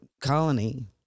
colony